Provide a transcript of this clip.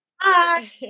Hi